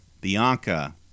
Bianca